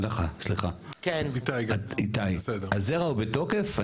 אליך, סליחה, איתי, הזרע הוא בתוקף?